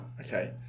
okay